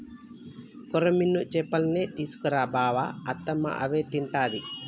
కొర్రమీను చేపల్నే తీసుకు రా బావ అత్తమ్మ అవే తింటది